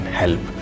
help